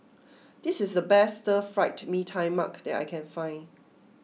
this is the best Stir Fried Mee Tai Mak that I can find